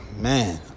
man